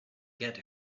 get